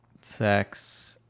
sex